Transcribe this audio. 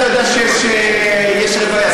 אתה יודע שיש רוויה.